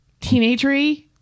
Teenagery